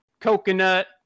coconut